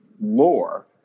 lore